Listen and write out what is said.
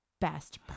best